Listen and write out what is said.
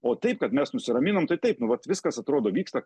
o taip kad mes nusiraminom tai taip nu vat viskas atrodo vyksta